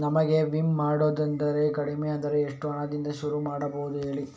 ನಮಗೆ ವಿಮೆ ಮಾಡೋದಾದ್ರೆ ಕಡಿಮೆ ಅಂದ್ರೆ ಎಷ್ಟು ಹಣದಿಂದ ಶುರು ಮಾಡಬಹುದು ಹೇಳಿ